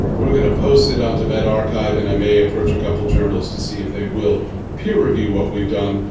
we're going to post it on to med archive and i may approach a couple of journals to see if they will peer review. what we've done,